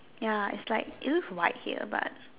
ya is like it looks white here but